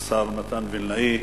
השר מתן וילנאי,